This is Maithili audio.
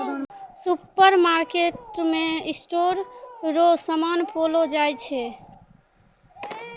सुपरमार्केटमे स्टोर रो समान पैलो जाय छै